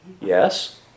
Yes